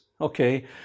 okay